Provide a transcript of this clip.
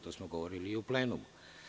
To smo govorili i u planumu.